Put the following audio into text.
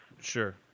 Sure